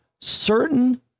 certain